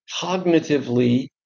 cognitively